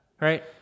right